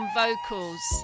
vocals